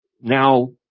now